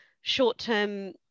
short-term